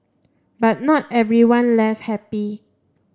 but not everyone left happy